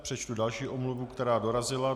Přečtu další omluvu, která dorazila.